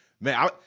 man